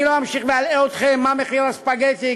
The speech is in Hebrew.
אני לא אמשיך ואלאה אתכם מה מחיר הספגטי,